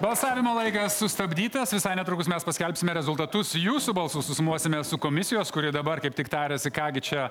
balsavimo laikas sustabdytas visai netrukus mes paskelbsime rezultatus jūsų balso susumuosime su komisijos kuri dabar kaip tik tariasi ką gi čia